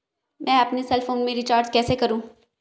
मैं अपने cell phone में रिचार्ज कैसे करूँ?